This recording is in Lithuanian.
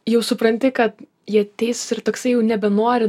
jau supranti kad jie teisūs ir toksai jau nebenori